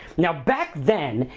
now, back then,